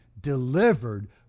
delivered